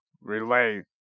relay